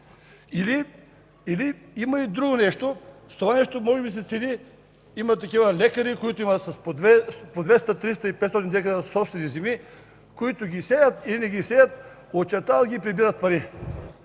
Има и друго нещо – с това нещо може би се цели, има такива лекари, които имат по 200, 300 и 500 декара собствени земи, които ги сеят или не ги сеят, очертават ги и прибират пари.